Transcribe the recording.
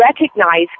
recognize